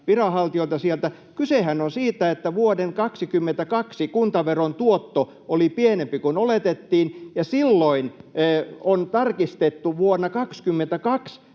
viranhaltijoilta sieltä, ja kysehän on siitä, että vuoden 22 kuntaveron tuotto oli pienempi kuin oletettiin ja silloin vuonna 22